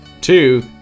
two